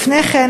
לפני כן,